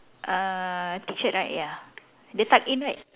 uh T shirt right ya dia tuck in right